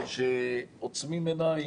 שעוצמים עיניים,